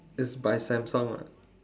it's by Samsung ah